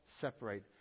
separate